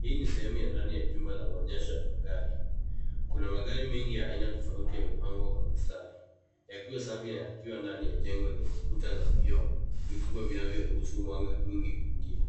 Hii ni sehemu ya ndani ya jumba la maonyesho ya magari. Kuna magari mengi ya aina tofauti yamepangwa kwa mstari, yakiwa safi na yakiwa ndani ya jengo lenye kuta za vioo vikubwa vinavyoruhusu mwanga mwingi kuingia.